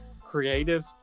creative